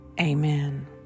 Amen